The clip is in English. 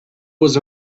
was